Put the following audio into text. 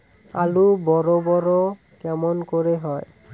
আলু বড় বড় কেমন করে হয়?